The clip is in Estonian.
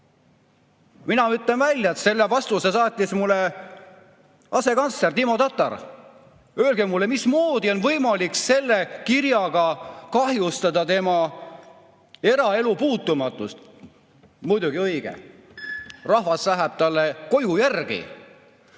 Mina ütlen välja, et selle vastuse saatis mulle asekantsler Timo Tatar. Öelge mulle, mismoodi on võimalik selle kirjaga kahjustada tema eraelu puutumatust. Muidugi, õige! Rahvas läheb talle koju järgi.